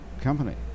company